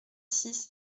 six